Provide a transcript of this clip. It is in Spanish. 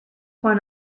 juan